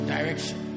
Direction